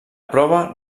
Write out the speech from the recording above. prova